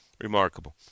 Remarkable